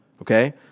okay